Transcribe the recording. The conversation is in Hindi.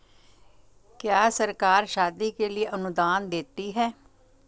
क्या सरकार शादी के लिए अनुदान देती है?